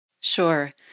Sure